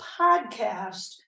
podcast